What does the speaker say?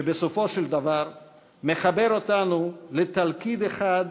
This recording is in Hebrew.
שבסופו של דבר מחבר אותנו לתלכיד אחד,